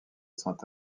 saint